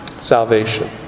salvation